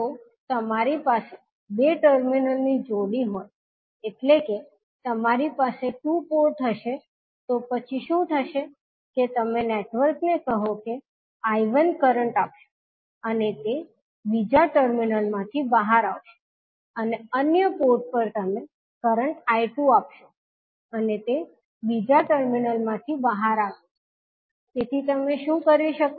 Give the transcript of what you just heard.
જો તમારી પાસે બે ટર્મિનલની જોડી હોય એટલે કે તમારી પાસે ટુ પોર્ટ હશે તો પછી શું થશે કે તમે નેટવર્ક ને કહો કે I1 કરંટ આપશો અને તે બીજા ટર્મિનલ માંથી બહાર આવશે અને અન્ય પોર્ટ પર તમે કરંટ I2 આપશો અને તે બીજા ટર્મિનલ માંથી બહાર આવે છે તેથી તમે શું કરી શકો